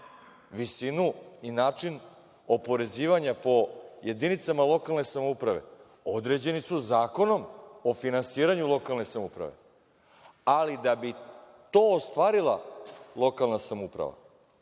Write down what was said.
Visinu i način oporezivanja po jedinicama lokalne samouprave, određeni su Zakonom o finansiranju lokalne samouprave, ali da bi to ostvarila lokalna samouprava